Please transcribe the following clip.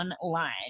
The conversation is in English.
online